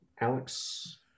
Alex